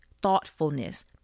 thoughtfulness